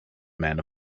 man